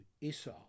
Esau